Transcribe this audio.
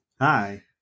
Hi